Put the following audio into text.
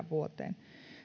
vuoteen